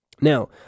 Now